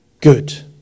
good